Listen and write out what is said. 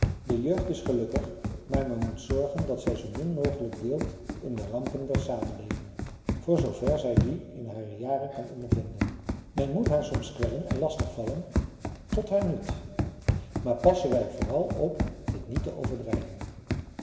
de jeugd is gelukkig maar men moet zorgen dat zij zoo min mogelijk deelt in de rampen der samenleving voor zoo ver zij die in hare jaren kan ondervinden men moet haar soms kwellen en lastig vallen tot haar nut maar passen wij vooral op dit niet te overdrijven